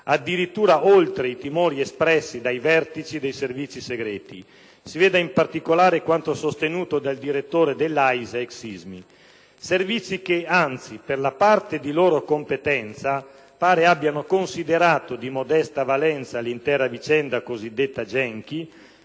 addirittura oltre i timori espressi dai vertici dei Servizi segreti (si veda in particolare quanto sostenuto dal direttore dell'AISE, ex SISMI). Servizi che, anzi, per la parte di loro competenza, pare abbiano considerato di modesta valenza l'intera vicenda cosiddetta Genchi